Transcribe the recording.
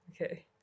Okay